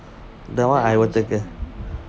that one I will take care